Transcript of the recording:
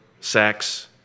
sex